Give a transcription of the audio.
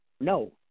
no